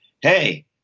hey